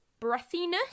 breathiness